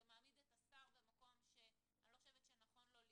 זה מעמיד את השר במקום שלא נכון לו להיות.